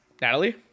Natalie